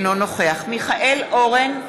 אינו נוכח מיכאל אורן,